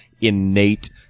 innate